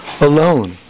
alone